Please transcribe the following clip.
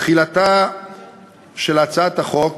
תחילתה של הצעת החוק